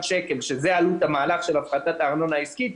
שזו עלות המהלך של הפחתת הארנונה העסקית,